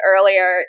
earlier